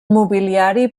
mobiliari